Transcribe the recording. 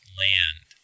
land